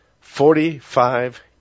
Forty-five